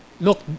look